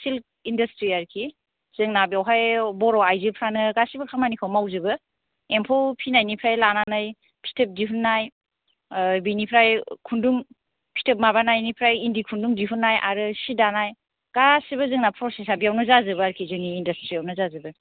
silk industry आरोखि जोंना बेवहाय बर' आइजोफ्रानो गासिबो खामानिखौ मावजोबो एम्फौ फिसिनायनिफ्राय लानानै फिथोब दिहुन्नाय बेनिफ्राय खुन्दुं फिथोब माबानायनिफ्राय इन्दि खुन्दुं दिहुन्नाय आरो सि दानाय गासिबो जोंना प्रसेसा बेवहायनो जाजोबो आरोखि जोंनि इण्डास्ट्रियावनो जाजोबो